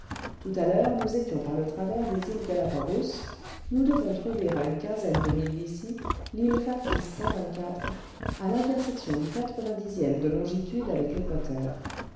tout à l'heure nous étions par le travers des îles gallapagos nous devons trouver à une quinzaine de milles d'ici l'île factice à l'intersection du e de longitude avectéquateur